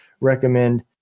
recommend